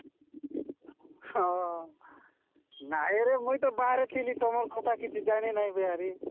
ହଁ ନାଇଁରେ ମୁଇଁ ତ ବାହାରେ ଥିଲି ତମର କଥା କିଛି ଜାଣି ନହିଁ ଭହାରି